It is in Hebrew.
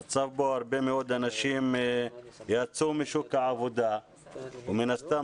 מצב בו הרבה מאוד אנשים יצאו משוק העבודה ומן הסתם,